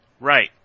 Right